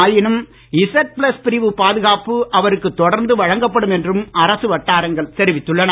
ஆயினும் Z plus பிரிவுப் பாதுகாப்பு அவருக்கு தொடர்ந்து வழங்கப்படும் என்றும் அரசு வட்டாரங்கள் தெரிவித்துள்ளன